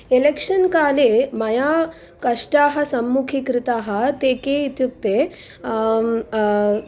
election काले मया कष्टाः सम्मुखीकृताः ते के इत्युक्ते